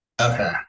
okay